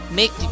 make